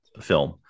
film